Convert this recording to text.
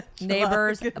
neighbors